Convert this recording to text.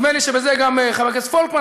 נדמה לי שבזה גם חבר הכנסת פולקמן,